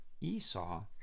Esau